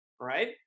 right